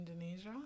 Indonesia